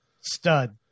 stud